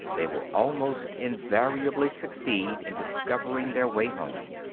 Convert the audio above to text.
they will almost invariably succeed in discovering their way home.